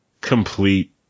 complete